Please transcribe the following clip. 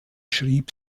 schrieb